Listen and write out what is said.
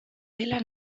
dela